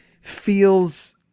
feels